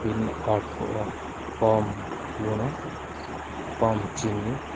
ବିନା ଅଳ୍ପ କମ୍ ଲୁଣ କମ୍ ଚିନି